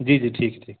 जी जी ठीक ठीक है